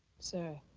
sir,